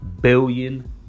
billion